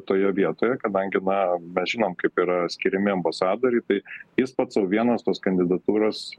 toje vietoje kadangi na mes bet žinom kaip yra skiriami ambasadoriai tai jis pats sau vienas tos kandidatūros